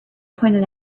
pointed